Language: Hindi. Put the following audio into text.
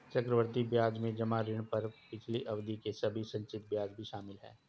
चक्रवृद्धि ब्याज में जमा ऋण पर पिछली अवधि के सभी संचित ब्याज भी शामिल हैं